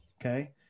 Okay